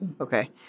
Okay